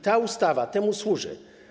Ta ustawa temu służy.